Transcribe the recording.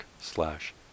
slash